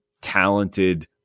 talented